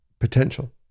potential